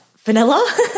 Vanilla